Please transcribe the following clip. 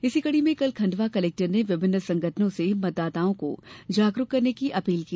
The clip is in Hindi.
इस कडी में कल खण्डवा कलेक्टर ने विभिन्न संगठनों से मतदाताओं को जागरूक करने की अपील की